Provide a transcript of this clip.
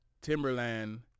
Timberland